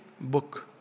book